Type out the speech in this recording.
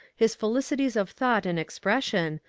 his felicities of thought and expression,